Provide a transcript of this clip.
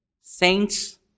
Saints